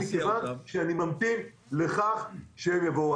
שאני ממתין לכך שהם יבואו.